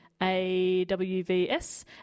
AWVS